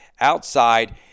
outside